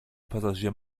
passagier